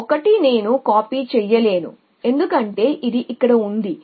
1 నేను కాపీ చేయలేను ఎందుకంటే ఇది ఇక్కడ ఉంది